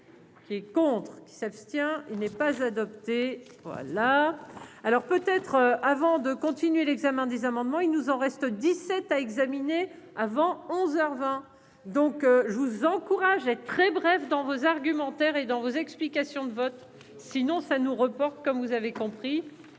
qui est contre qui s'abstient, il n'est pas adopté voilà alors peut être avant de compte. L'examen des amendements, il nous en reste 17 à examiner avant onze heures vingt donc je vous encourage est très bref dans vos argumentaires et dans vos explications de vote, sinon ça nous reporte comme vous avez compris.